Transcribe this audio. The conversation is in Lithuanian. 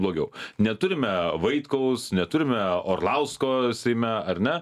blogiau neturime vaitkaus neturime orlausko seime ar ne